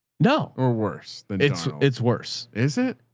no or worse than it's it's worse. is it?